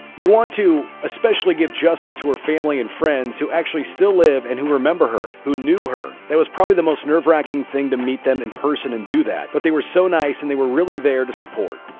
you want to, especially give justice to her family and friends who actually still live and who remember her, who knew her. that was probably the most nerve-wracking thing to meet them in person and do that. but they were so nice and they were really there to support.